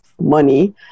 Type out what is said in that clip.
money